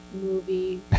movie